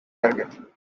target